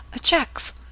Checks